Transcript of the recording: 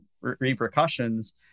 repercussions